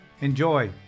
Enjoy